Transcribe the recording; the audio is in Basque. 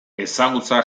ezagutza